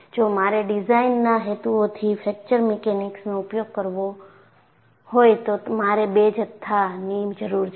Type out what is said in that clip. જો મારે ડિઝાઇનના હેતુઓથી ફ્રેક્ચર મિકેનિક્સનો ઉપયોગ કરવો હોય તો મારે બે જથ્થાની જરૂર છે